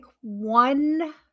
one